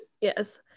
Yes